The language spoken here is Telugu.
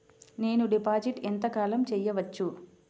నేను డిపాజిట్ ఎంత కాలం చెయ్యవచ్చు?